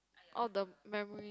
all the memory